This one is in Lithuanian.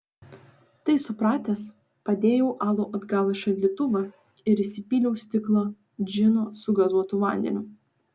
tai supratęs padėjau alų atgal į šaldytuvą ir įsipyliau stiklą džino su gazuotu vandeniu